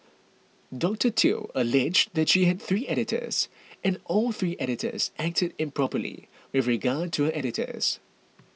Dr Theo alleged that she had three editors and all three editors acted improperly with regard to her articles